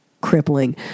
crippling